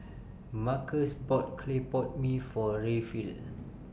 Marcos bought Clay Pot Mee For Rayfield